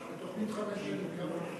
בתוכנית חמש-שנים כמה נפתחו?